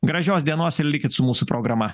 gražios dienos ir likit su mūsų programa